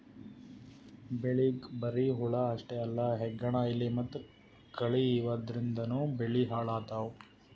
ಬೆಳಿಗ್ ಬರಿ ಹುಳ ಅಷ್ಟೇ ಅಲ್ಲ ಹೆಗ್ಗಣ, ಇಲಿ ಮತ್ತ್ ಕಳಿ ಇವದ್ರಿಂದನೂ ಬೆಳಿ ಹಾಳ್ ಆತವ್